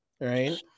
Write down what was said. Right